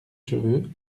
cheveux